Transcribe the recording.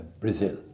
Brazil